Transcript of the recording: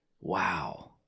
Wow